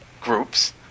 groups